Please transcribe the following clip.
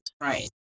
Right